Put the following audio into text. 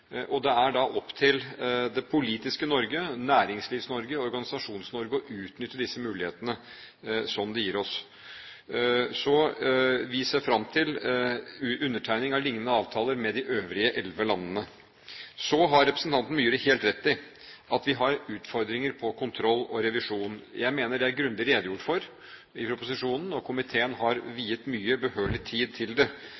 og det er da opp til det politiske Norge, Næringslivs-Norge og Organisasjons-Norge å utnytte disse mulighetene som det gir oss. Vi ser fram til undertegning av lignende avtaler med de øvrige elleve landene. Så har representanten Myhre helt rett i at vi har utfordringer på kontroll og revisjon. Jeg mener det er grundig redegjort for i proposisjonen, og komiteen har